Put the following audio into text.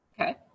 Okay